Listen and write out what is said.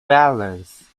balance